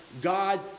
God